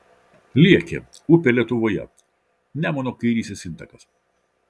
liekė upė lietuvoje nemuno kairysis intakas